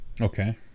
Okay